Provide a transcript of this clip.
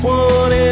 one